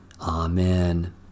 Amen